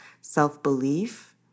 self-belief